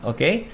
Okay